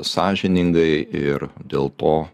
sąžiningai ir dėl to